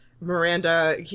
Miranda